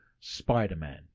Spider-Man